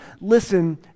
listen